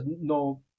no